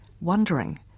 wondering